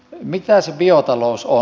mitä se biotalous on